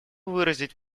выразить